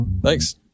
Thanks